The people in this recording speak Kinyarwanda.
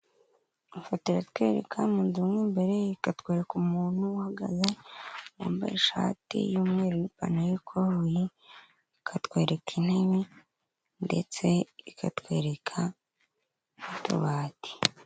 Ifoto iratwereka mu nzu mu imbere, ikatwereka umuntu uhagaze wambaye ishati y'umweru n'ipantaro y'ikoboyi, ikatwereka intebe ndetse ikatwereka n'akabati.